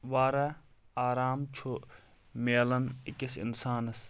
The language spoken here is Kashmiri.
واریاہ آرام چھُ مِلان أکِس اِنسانَس